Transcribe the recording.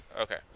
Okay